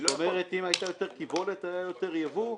זאת אומרת שאם הייתה יותר קיבולת היה יותר יבוא?